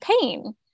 pain